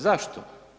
Zašto?